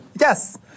Yes